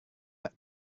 pak